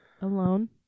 Alone